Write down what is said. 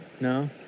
No